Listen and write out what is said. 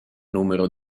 numero